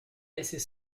laisser